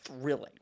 thrilling